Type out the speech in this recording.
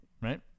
right